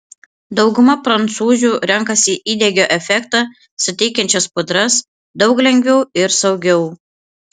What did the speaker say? dauguma prancūzių renkasi įdegio efektą suteikiančias pudras daug lengviau ir saugiau